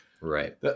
right